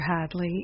Hadley